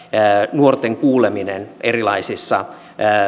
nuorten kuuleminen erilaisissa